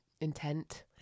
intent